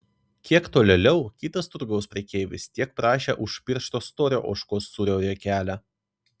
kiek tolėliau kitas turgaus prekeivis tiek prašė už piršto storio ožkos sūrio riekelę